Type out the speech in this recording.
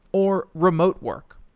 or remote work.